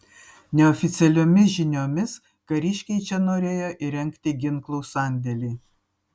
neoficialiomis žiniomis kariškiai čia norėjo įrengti ginklų sandėlį